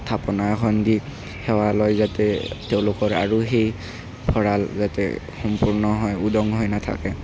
এই থাপনা এখন দি সেৱা লয় যাতে তেওঁলোকৰ আৰু সেই ভঁৰাল যাতে সম্পূৰ্ণ হয় উদং হৈ নাথাকে